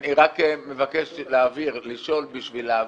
אני רק מבקש לשאול בשביל להבהיר,